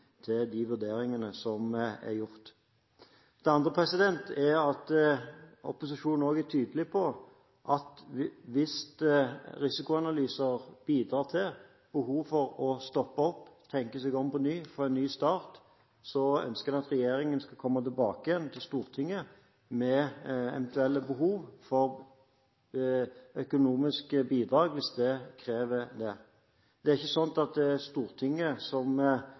til de vurderingene som er gjort. Det andre er at opposisjonen også er tydelig på at hvis risikoanalyser bidrar til et behov for å stoppe opp, tenke seg om på nytt, få en ny start, så ønsker vi at regjeringen skal komme tilbake til Stortinget ved eventuelle behov for økonomiske bidrag, hvis det krever det. Det er ikke slik at det er Stortinget som